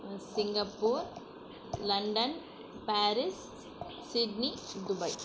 Singapore London Paris Sydney Dubai